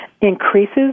increases